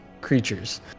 creatures